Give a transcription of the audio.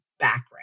background